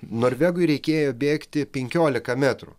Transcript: norvegui reikėjo bėgti penkiolika metrų